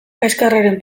kaxkarraren